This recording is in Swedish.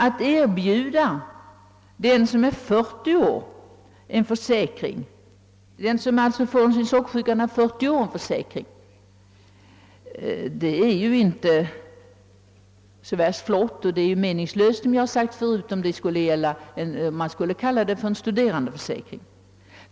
Att erbjuda dem som får sin sockersjuka när vederbörande fyllt 40 år en försäkring är inte särskilt flott, och det är meningslöst om man skulle kalla den en studerandeförsäkring.